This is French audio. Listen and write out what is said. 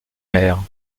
mère